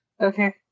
Okay